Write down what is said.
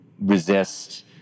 resist